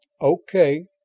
okay